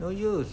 no use